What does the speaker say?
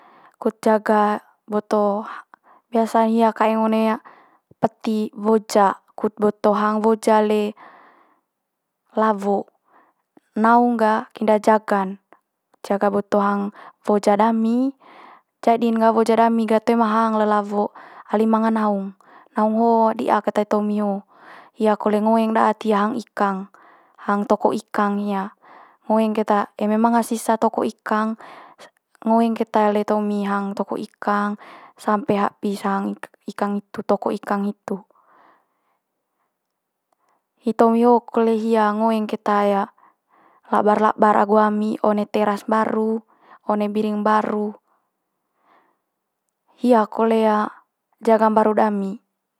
Kut jaga boto biasa'n hia kaeng one peti woja kut boto hang woja le lawo. Naung ga inda jaga'n jaga boto hang woja dami, jadi'n ga woja dami toe ma hang le lawo ali manga naung. Naung ho di'a keta tomi ho hia kole ngoeng daat hia hang ikang, hang toko ikang hia ngoeng keta eme manga sisa toko ikang ngoeng keta le tomi hang toko ikang sampe habis hang ik- ikang toko ikang hitu. Hi tomi ho kole ngoeng keta labar labar agu ami one teras mbaru one biring mbaru. Hia kole jaga mbaru dami.